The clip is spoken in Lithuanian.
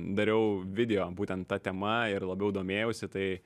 dariau video būtent ta tema ir labiau domėjausi tai